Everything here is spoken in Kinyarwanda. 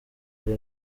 ari